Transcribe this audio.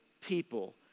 people